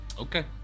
Okay